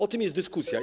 O tym jest dyskusja.